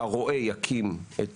שהרועה או שרשות המרעה יקימו את